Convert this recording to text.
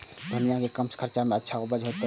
धनिया के कम खर्चा में अच्छा उपज होते?